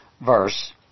verse